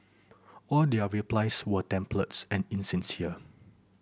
all their replies were templates and insincere